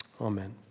amen